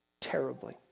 terribly